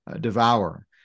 devour